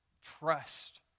Trust